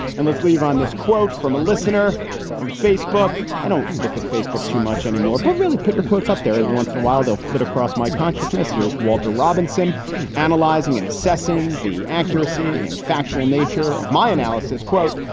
and let's leave on this quote from a listener from facebook. i don't look at facebook too much anymore, but really put your quotes up there. every once in a while, they'll flit across my consciousness. here's walter robinson analyzing and assessing the accuracy and factual nature of my analysis. quote,